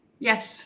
Yes